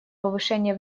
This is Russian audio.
повышение